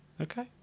okay